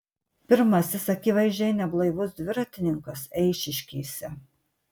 pirmasis akivaizdžiai neblaivus dviratininkas eišiškėse